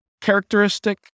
characteristic